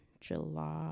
July